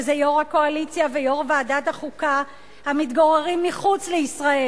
שזה יו"ר הקואליציה ויו"ר ועדת החוקה המתגוררים מחוץ לישראל,